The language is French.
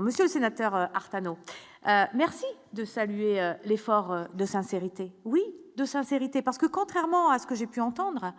monsieur le sénateur Artano merci de saluer l'effort de sincérité. Oui, de sincérité parce que contrairement à ce que j'ai pu entendre,